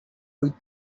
with